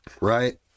Right